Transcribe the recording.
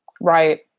right